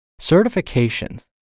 Certifications